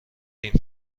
این